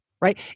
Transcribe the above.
right